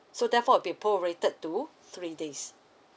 so therefore it'll be prorated to three days